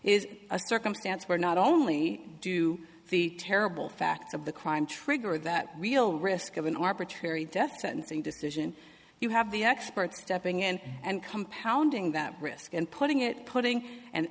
is a circumstance where not only do the terrible facts of the crime trigger that real risk of an arbitrary death sentence and decision you have the experts stepping in and compounding that risk and putting it putting an